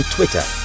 Twitter